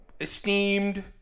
esteemed